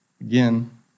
Again